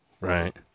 Right